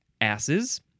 asses